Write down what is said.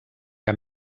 que